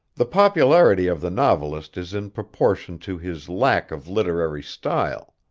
the popularity of the novelist is in proportion to his lack of literary style.